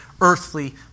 earthly